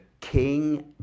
king